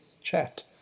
chat